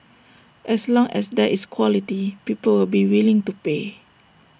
as long as there is quality people will be willing to pay